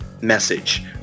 Message